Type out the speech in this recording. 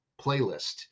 playlist